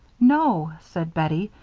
no, said bettie,